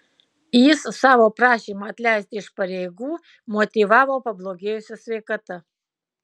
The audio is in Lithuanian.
jis savo prašymą atleisti iš pareigų motyvavo pablogėjusia sveikata